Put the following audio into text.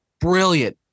brilliant